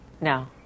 No